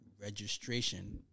registration